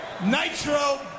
Nitro